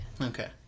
Okay